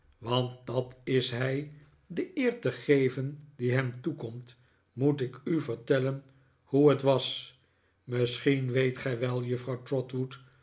want dat is hij de eer te geven die hem toekomt moet ik u vertellen hoe het was misschien weet gij wel juffrouw trotwood